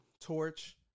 torch